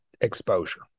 exposure